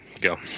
go